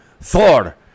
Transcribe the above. Thor